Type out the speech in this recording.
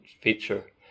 feature